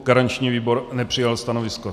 Garanční výbor nepřijal stanovisko.